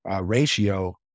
ratio